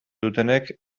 dutenek